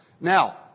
Now